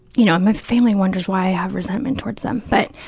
you know, my family wonders why i have resentment towards them. but,